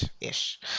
ish